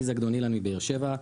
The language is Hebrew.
שמי זגדון אילן מבאר שבע,